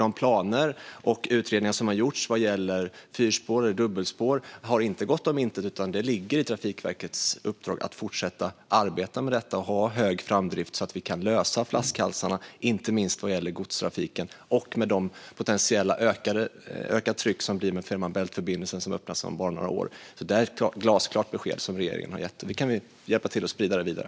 De planer och utredningar som har gjorts vad gäller fyrspår och dubbelspår har inte gått om intet, utan det ligger i Trafikverkets uppdrag att fortsätta arbeta med detta och ha hög framdrift så att vi kan lösa flaskhalsarna, inte minst vad gäller godstrafiken och med det potentiellt ökade tryck som blir när Fehmarn Bält-förbindelsen öppnas om bara några år. Där är ett glasklart besked som regeringen har gett, och det kan vi hjälpa till att sprida vidare.